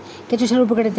কেঁচো সারের উপকারিতা?